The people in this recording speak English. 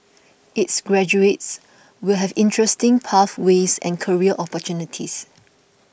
its graduates will have interesting pathways and career opportunities